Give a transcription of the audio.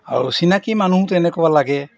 আৰু চিনাকি মানুহো তেনেকুৱা লাগে